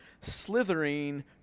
slithering